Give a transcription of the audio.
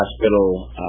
hospital